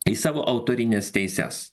į savo autorines teises